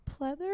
pleather